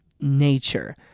nature